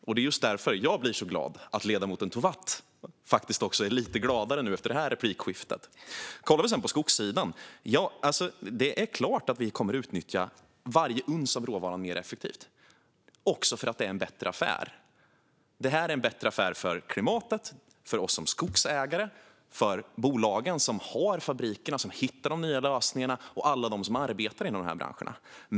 Och det är just därför som jag blir så glad att ledamoten Tovatt faktiskt är lite gladare efter det här replikskiftet. På skogssidan är det klart att vi kommer att utnyttja varje uns av råvara mer effektivt, också för att det är en bra affär för klimatet, för oss som skogsägare, för bolagen som har fabrikerna som hittar de nya lösningarna och för alla som arbetar i branschen.